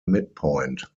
midpoint